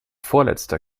vorletzter